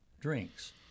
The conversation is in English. drinks